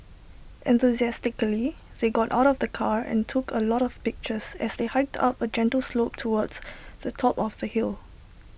enthusiastically they got out of the car and took A lot of pictures as they hiked up A gentle slope towards the top of the hill